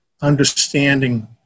understanding